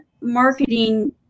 marketing